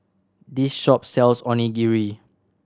this shop sells Onigiri